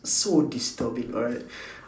so disturbing alright